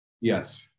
Yes